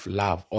love